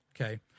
okay